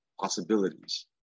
possibilities